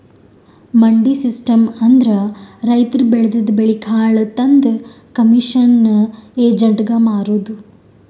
ಮಂಡಿ ಸಿಸ್ಟಮ್ ಅಂದ್ರ ರೈತರ್ ಬೆಳದಿದ್ದ್ ಬೆಳಿ ಕಾಳ್ ತಂದ್ ಕಮಿಷನ್ ಏಜೆಂಟ್ಗಾ ಮಾರದು